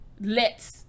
lets